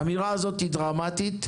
האמירה הזאת היא דרמטית,